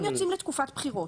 אם יוצאים לתקופת בחירות.